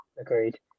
agreed